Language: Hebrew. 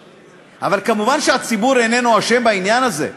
אבל, כמובן, הציבור איננו אשם בעניין הזה.